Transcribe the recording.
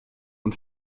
und